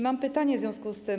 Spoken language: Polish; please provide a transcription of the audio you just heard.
Mam pytanie w związku z tym.